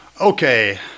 Okay